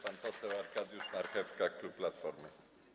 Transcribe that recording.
Pan poseł Arkadiusz Marchewka, klub Platformy.